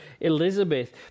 Elizabeth